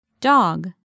Dog